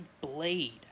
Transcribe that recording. Blade